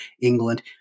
England